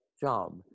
job